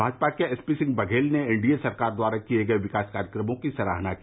भाजपा के S P Singh Baghel ने N D A सरकार द्वारा किए गए विकास कार्यक्रमों की सराहना की